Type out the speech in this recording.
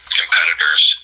competitors